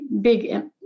big